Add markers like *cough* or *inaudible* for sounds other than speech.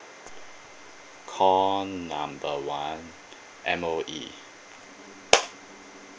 call number one M_O_E *noise*